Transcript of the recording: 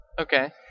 Okay